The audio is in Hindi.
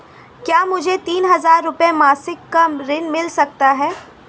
क्या मुझे तीन हज़ार रूपये मासिक का ऋण मिल सकता है?